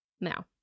Now